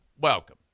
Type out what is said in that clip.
welcome